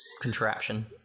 contraption